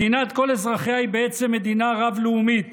מדינת כל אזרחיה היא בעצם מדינה רב-לאומית